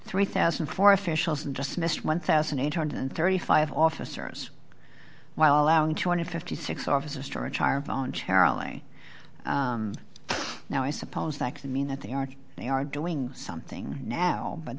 three thousand and four officials and just missed one thousand eight hundred and thirty five officers while allowing two hundred and fifty six officers storage higher voluntarily now i suppose that to mean that they are they are doing something now but